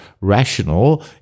rational